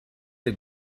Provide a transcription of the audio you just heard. est